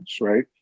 right